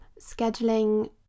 scheduling